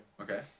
Okay